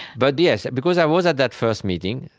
but yes, because i was at that first meeting,